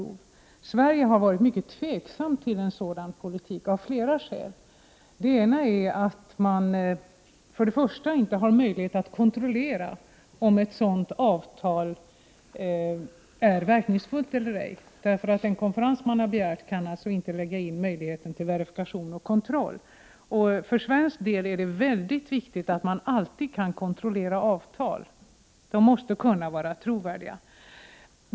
Sverige har varit mycket tveksamt till en sådan politik, av flera skäl. Ett är att man inte har möjlighet att kontrollera om ett sådant avtal är verkningsfullt eller ej, därför att den konferens man har begärt inte kan klara av verifikation och kontroll. För svensk del är det alltid viktigt att man kan kontrollera avtal — de måste vara trovärdiga.